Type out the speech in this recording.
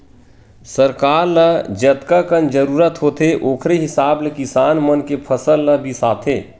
सरकार ल जतकाकन जरूरत होथे ओखरे हिसाब ले किसान मन के फसल ल बिसाथे